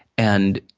and,